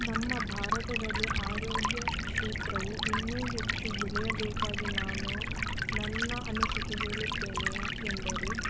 ನಮ್ಮ ಭಾರತದಲ್ಲಿ ಆರೋಗ್ಯ ಕ್ಷೇತ್ರವು ಇನ್ನೂ ಹೆಚ್ಚು ಬೆಳೆಯಬೇಕಾಗಿ ನಾನು ನನ್ನ ಅನಿಸಿಕೆ ಹೇಳುತ್ತೇನೆ ಯಾಕೆಂದರೆ